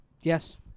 Yes